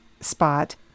spot